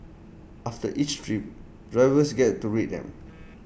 after each trip drivers get to rate them